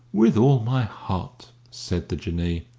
with all my heart, said the jinnee,